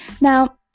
Now